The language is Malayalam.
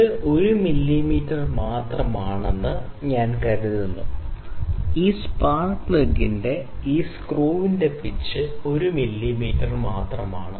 ഇത് 1 മില്ലീമീറ്റർ ആണെന്ന് ഞാൻ കരുതുന്നു ഈ സ്പാർക്ക് പ്ലഗിന്റെ ഈ സ്ക്രൂവിന്റെ പിച്ച് 1 മില്ലീമീറ്റർ മാത്രമാണ്